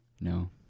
No